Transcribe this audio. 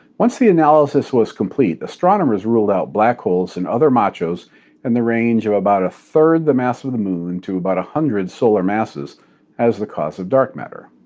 once the analysis was complete, astronomers ruled out black holes and other machos in and the range of about a third the mass of of the moon to about a hundred solar masses as the cause of dark matter.